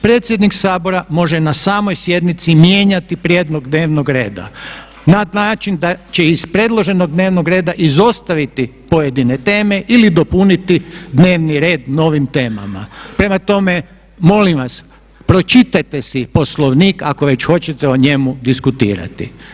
Predsjednik Sabora može na samoj sjednici mijenjati prijedlog dnevnog reda na način da će iz predloženog dnevnog reda izostaviti pojedine teme ili dopuniti dnevni red novim temama.“ Prema tome, molim vas, pročitajte si Poslovnik ako već hoćete o njemu diskutirati.